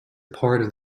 part